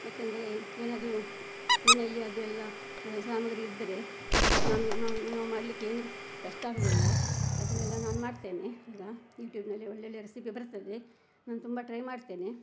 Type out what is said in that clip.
ಮತ್ತು ಅಂದರೆ ಏನಾದರೂ ಮನೆಯಲ್ಲಿ ಅದೆಲ್ಲ ಸಾಮಾಗ್ರಿ ಇದ್ದರೆ ನಾನು ನಾನು ನಾವು ಮಾಡಲಿಕ್ಕೆ ಏನೂ ಕಷ್ಟ ಆಗುವುದಿಲ್ಲ ಅದನ್ನೆಲ್ಲ ನಾನು ಮಾಡ್ತೇನೆ ಈಗ ಯೂಟ್ಯೂಬ್ನಲ್ಲಿ ಒಳ್ಳೊಳ್ಳೆ ರೆಸಿಪಿ ಬರ್ತದೆ ನಾನು ತುಂಬ ಟ್ರೈ ಮಾಡ್ತೇನೆ